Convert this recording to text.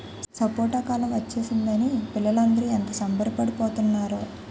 సపోటా కాలం ఒచ్చేసిందని పిల్లలందరూ ఎంత సంబరపడి పోతున్నారో